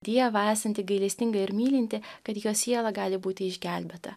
dievą esantį gailestingą ir mylintį kad jo siela gali būti išgelbėta